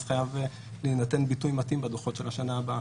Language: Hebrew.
אז חייב להינתן ביטוי מתאים בדוחות של השנה הבאה.